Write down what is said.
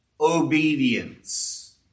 obedience